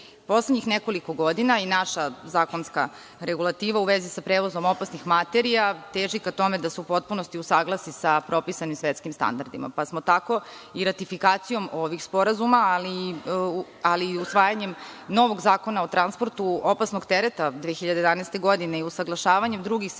EU.Poslednjih nekoliko godina i naša zakonska regulativa u vezi sa prevozom opasnih materija teži ka tome da se u potpunosti usaglasi sa propisanim svetskim standardima, pa smo tako ratifikacijom ovih sporazuma, ali i usvajanjem novog Zakona o transportu opasnog tereta 2011. godine i usaglašavanjem drugih sistemskih